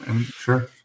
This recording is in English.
sure